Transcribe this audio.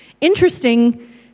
interesting